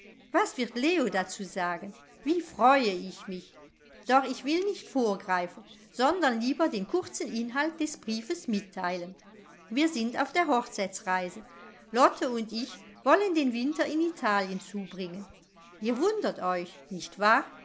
was wird leo dazu sagen wie freue ich mich doch ich will nicht vorgreifen sondern lieber den kurzen inhalt des briefes mitteilen wir sind auf der hochzeitsreise lotte und ich wollen den winter in italien zubringen ihr wundert euch nicht wahr